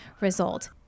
result